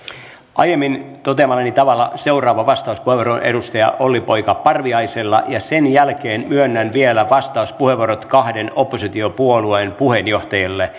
aiemmin toteamallani tavalla seuraava vastauspuheenvuoro on edustaja olli poika parviaisella ja sen jälkeen myönnän vielä vastauspuheenvuorot kahden oppositiopuolueen puheenjohtajille